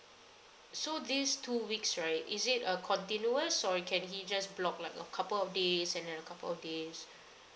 so these two weeks right is it a continuous or can he just block like a couple of days and then a couple of days